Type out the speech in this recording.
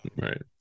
Right